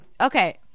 Okay